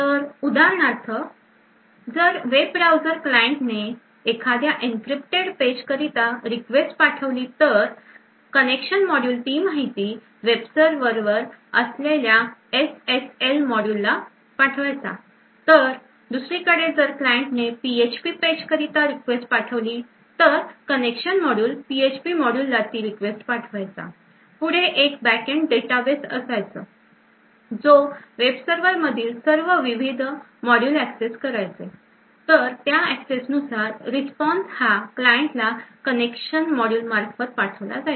तर उदाहरणार्थ जर web browser client ने एखाद्या encrypted page करिता request पाठवली तर connection मॉड्यूल ती माहिती वेब सर्वर वर असलेल्या SSL मॉड्यूलला पाठवायचा तर दुसरीकडे जर client ने PHP पेज करिता request पाठवली तर connection module PHP module ला ती request पाठवायचा पुढे एक back end database असायचा जो वेब सर्वर मधील सर्व विविध modules access करायचे तर त्या access नुसार response हा client ला कनेक्शन मॉड्यूल मार्फत पाठवला जायचा